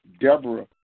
Deborah